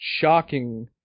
shocking